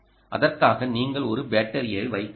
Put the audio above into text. அதற்காக நீங்கள் ஒரு பேட்டரியை வைக்க வேண்டும்